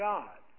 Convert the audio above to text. God